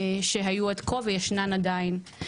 שהיו עד כה ועדיין יש.